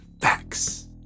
facts